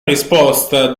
risposta